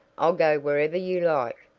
i'll go wherever you like,